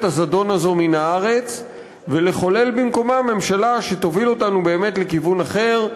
הזדון הזאת מן הארץ ולחולל במקומה ממשלה שתוביל אותנו באמת לכיוון אחר,